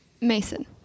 Mason